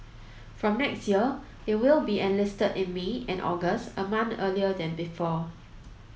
from next year they will be enlisted in May and August a month earlier than before